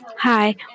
Hi